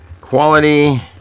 Quality